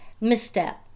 misstep